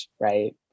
Right